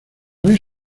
red